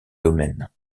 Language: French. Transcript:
domaines